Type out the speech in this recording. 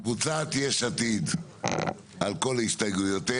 קבוצת "יש עתיד", על כל הסתייגויותיה.